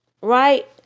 right